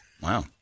Wow